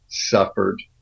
Suffered